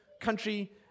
country